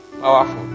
Powerful